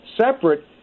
separate